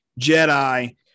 Jedi